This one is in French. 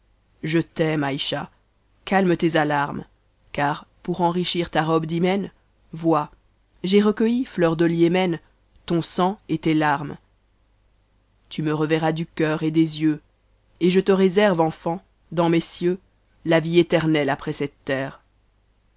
je t'aime ayscha calme tes alarmes car pour enrichir ta robe d'hymen vois j'ai recueilli lieur de yéme ton san et tes tarmes tu me reverras du cœur et des yeux è et je te réserve enfant dans mes cicux la vîeeterneue après cette terre